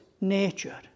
nature